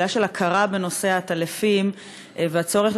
תחילה של הכרה בנושא העטלפים והצורך